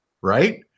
Right